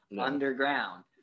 underground